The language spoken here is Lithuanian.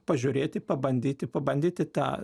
pažiūrėti pabandyti pabandyti tą